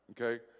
Okay